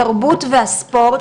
התרבות והספורט.